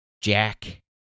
Jack